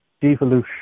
devolution